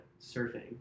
surfing